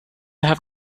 have